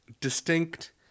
distinct